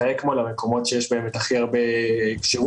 האקמו למקומות שיש בהם הכי הרבה כשירות.